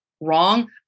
wrong